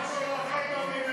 איסור הפסקה,